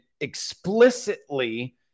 explicitly